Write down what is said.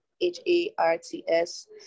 h-a-r-t-s